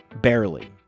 Barely